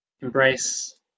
embrace